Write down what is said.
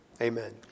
Amen